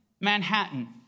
Manhattan